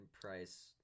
price